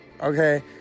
okay